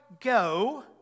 go